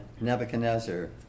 Nebuchadnezzar